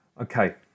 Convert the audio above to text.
Okay